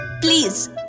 please